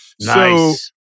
Nice